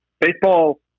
baseball